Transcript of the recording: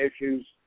issues